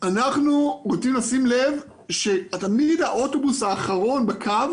אנחנו רוצים לשים לב שתמיד האוטובוס האחרון בקו